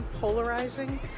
polarizing